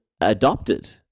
adopted